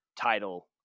title